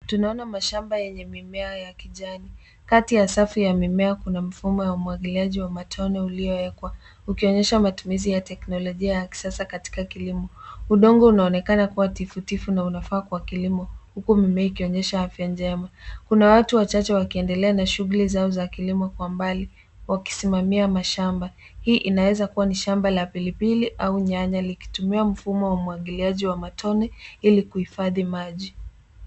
Tunaona mashamba yenye mimea ya kijani. Kati ya safu ya mimea kuna mfumo wa umwagiliaji wa matone ulioekwa ukionyesha matumizi ya teknolojia ya kisasa katika kilimo. Udongo unaonekana kuwa tifutifu na unafaa kwa kilimo, huku mimea ikionyesha afya njema. Kuna watu wachache wakiendelea na shughuli zao za kilimo kwa mbali wakisimamia mashamba. Hii inaweza kuwa shamba la pilipili au nyanya likitumia mfumo wa umwagiliaji wa matone ili kuhifadhi maji.